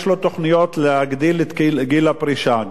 יש לו תוכניות להעלות את גיל הפרישה,